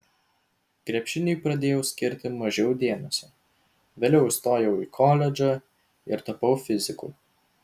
krepšiniui pradėjau skirti mažiau dėmesio vėliau įstojau į koledžą ir tapau fiziku